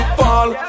fall